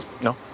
No